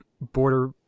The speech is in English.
border